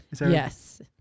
Yes